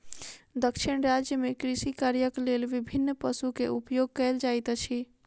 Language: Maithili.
दक्षिण राज्य में कृषि कार्यक लेल विभिन्न पशु के उपयोग कयल जाइत अछि